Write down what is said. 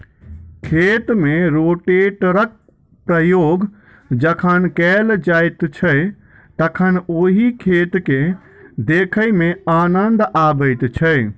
खेत मे रोटेटरक प्रयोग जखन कयल जाइत छै तखन ओहि खेत के देखय मे आनन्द अबैत छै